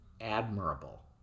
admirable